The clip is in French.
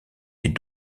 des